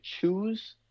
choose